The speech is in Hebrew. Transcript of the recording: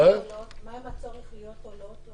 מה עם הצורך להיות עולות?